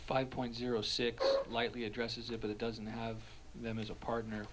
five point zero six lightly addresses if it doesn't have them as a partner